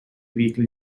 weekly